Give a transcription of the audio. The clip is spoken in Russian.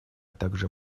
также